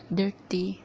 dirty